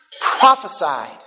prophesied